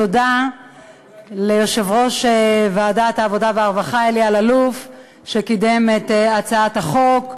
תודה ליושב-ראש ועדת העבודה והרווחה אלי אלאלוף שקידם את הצעת החוק.